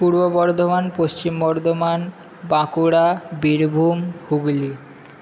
Purba Bardhaman Paschim Bardhaman Bankura Birbhum Hooghly